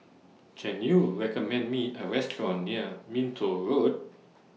Can YOU recommend Me A Restaurant near Minto Road